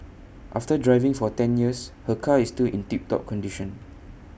after driving for ten years her car is still in tip top condition